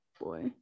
boy